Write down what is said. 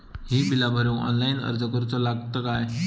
ही बीला भरूक ऑनलाइन अर्ज करूचो लागत काय?